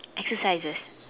exercises